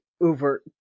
over